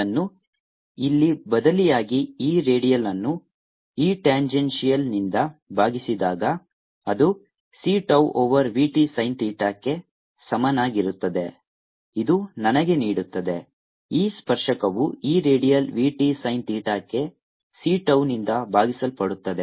ಇದನ್ನು ಇಲ್ಲಿ ಬದಲಿಯಾಗಿ E ರೀಡಯಲ್ ಅನ್ನು E ಟ್ಯಾಂಜನ್ಶಿಯಲ್ನಿಂದ ಭಾಗಿಸಿದಾಗ ಅದು c tau over v t sin ಥೀಟಾಕ್ಕೆ ಸಮನಾಗಿರುತ್ತದೆ ಇದು ನನಗೆ ನೀಡುತ್ತದೆ E ಸ್ಪರ್ಶಕವು E radial v t sin ಥೀಟಾಕ್ಕೆ c tau ನಿಂದ ಭಾಗಿಸಲ್ಪಡುತ್ತದೆ